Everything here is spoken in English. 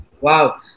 Wow